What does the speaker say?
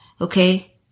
okay